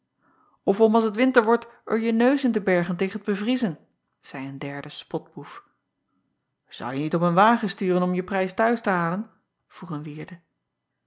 f om als t winter wordt er je neus in te bergen tegen t bevriezen zeî een derde spotboef ou je niet om een wagen sturen om je prijs t huis te halen vroeg een vierde